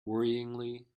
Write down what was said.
worryingly